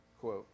quote